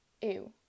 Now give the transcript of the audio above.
ew